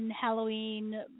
Halloween